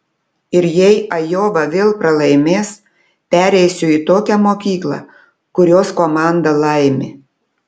ir jei ajova vėl pralaimės pereisiu į tokią mokyklą kurios komanda laimi